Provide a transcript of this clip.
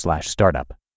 startup